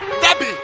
Debbie